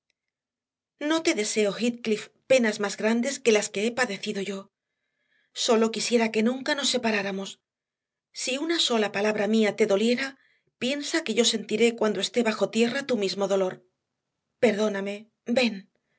no te deseo heathcliff penas más grandes que las que he padecido yo sólo quisiera que nunca nos separáramos si una sola palabra mía te doliera piensa que yo sentiré cuando esté bajo tierra tu mismo dolor perdóname ven